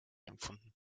empfunden